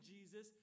Jesus